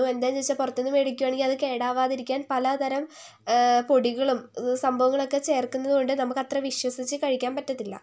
എന്താന്നു ചോദിച്ചാൽ പുറത്തു നിന്നു മേടിക്കുകയാണെങ്കിൽ അത് കേടാവാതിരിക്കാൻ പലതരം പൊടികളും സംഭവങ്ങളൊക്കെ ചേർക്കുന്നതുകൊണ്ട് നമുക്ക് അത്ര വിശ്വസിച്ച് കഴിക്കാൻ പറ്റത്തില്ല